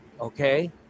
okay